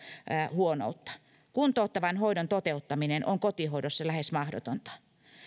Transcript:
huonoutta kuntouttavan hoidon toteuttaminen on kotihoidossa lähes mahdotonta